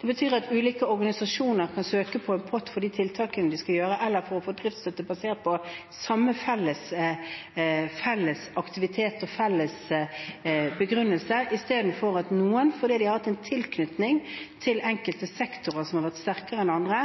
Det betyr at ulike organisasjoner kan søke på en pott for de tiltakene de skal sette i verk, eller for å få driftsstøtte basert på en felles aktivitet og en felles begrunnelse, istedenfor at noen, fordi de har hatt en tilknytning til enkelte sektorer som har vært sterkere enn andre,